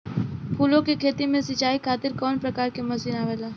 फूलो के खेती में सीचाई खातीर कवन प्रकार के मशीन आवेला?